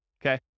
okay